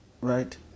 Right